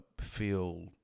feel